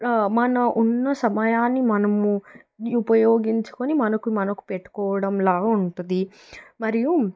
మనం ఉన్న సమయాన్ని మనం ఉపయోగించుకుని మనకు మనకు పెట్టుకోవడం లాగా ఉంటుంది మరియు